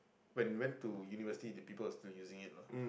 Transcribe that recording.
when went to university the people was still using it know